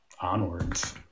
onwards